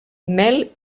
mel